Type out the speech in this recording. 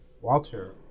Walter